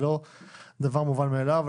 זה לא דבר מובן מאליו.